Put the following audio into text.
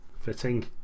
fitting